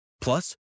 Plus